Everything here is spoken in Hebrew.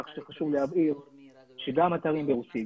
כך שחשוב להבהיר שגם אתרים ברוסית,